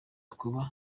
kuba